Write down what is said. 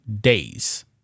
days